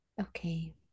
Okay